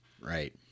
Right